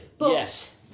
Yes